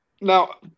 Now